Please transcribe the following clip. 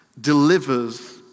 delivers